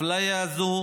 אפליה זו